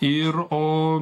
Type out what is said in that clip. ir o